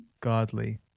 godly